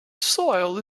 soil